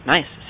Nice